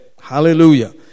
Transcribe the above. Hallelujah